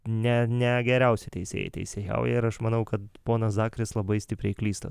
ne ne geriausi teisėjai teisėjauja ir aš manau kad ponas dakris labai stipriai klysta